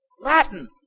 Latin